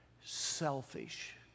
selfish